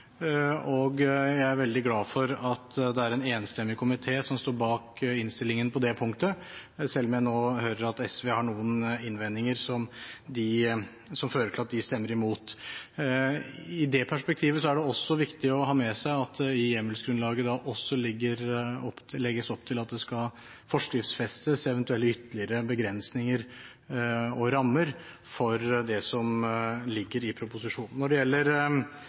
og jeg er veldig glad for at det er en enstemmig komité som står bak innstillingen på det punktet, selv om jeg nå hører at SV har noen innvendinger som fører til at de stemmer imot. I det perspektivet er det også viktig å ha med seg at det i hjemmelsgrunnlaget også legges opp til at det skal forskriftsfestes eventuelle ytterligere begrensninger og rammer for det som ligger i proposisjonen. Når det gjelder